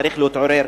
צריך להתעורר.